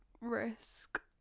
risk